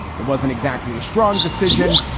it wasn't exactly a strong decision,